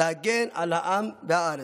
להגן על העם והארץ.